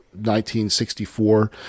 1964